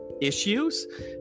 issues